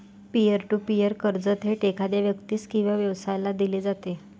pier to peer कर्ज थेट एखाद्या व्यक्तीस किंवा व्यवसायाला दिले जाते